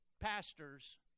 pastors